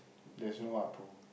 there's no Appu